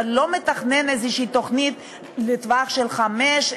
אתה לא מתכנן לטווח של חמש,